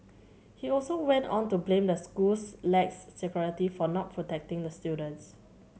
he also went on to blame the school's lax security for not protecting the students